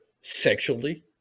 sexually